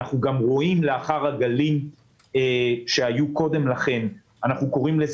אנחנו גם רואים לאחר הגלים שהיו קודם לכן קיזוז.